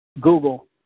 Google